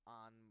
on